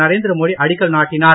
நரேந்திர மோடி அடிக்கல் நாட்டினார்